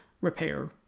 repair